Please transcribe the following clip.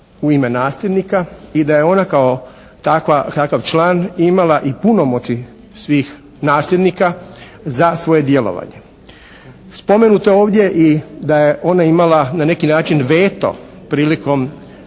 u ime nasljednika i da je ona kao takva, takav član imala i punomoći svih nasljednika za svoje djelovanje. Spomenuto je ovdje da je ona imala na neki način veto prilikom